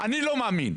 אני לא מאמין.